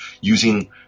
using